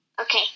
Okay